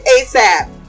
ASAP